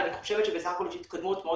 ואני חושבת שבסך הכלי יש התקדמות מאוד